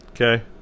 Okay